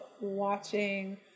watching